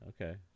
Okay